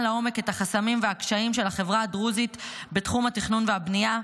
לעומק את החסמים והקשיים של החברה הדרוזית בתחום התכנון והבנייה.